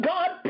God